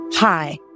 Hi